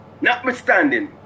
notwithstanding